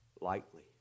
lightly